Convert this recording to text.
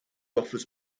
offers